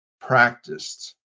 practiced